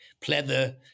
pleather